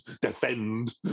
defend